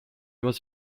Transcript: was